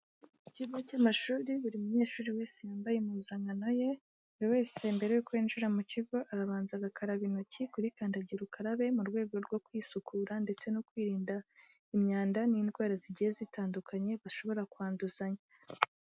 Ikigo cy'amashuri buri munyeshuri wese yambaye impuzankan ye, buri wese mbere yuko yinjira mu kigo arabanza agakaraba intoki kuri kandagira ukarabe mu rwego rwo kwisukura ndetse no kwirinda imyanda n'indwara zigiye zitandukanye bashobora kwanduzanya.